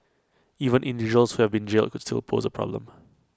even individuals who have been jailed could still pose A problem